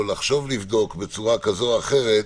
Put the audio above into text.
או לחשוב לבדוק בצורה כזאת או אחרת